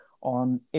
on